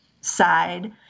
side